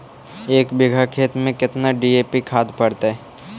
एक बिघा खेत में केतना डी.ए.पी खाद पड़तै?